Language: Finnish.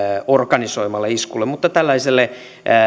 organisoimalle iskulle mutta tällaiselle